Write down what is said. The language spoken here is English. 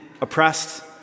oppressed